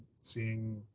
seeing